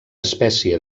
espècie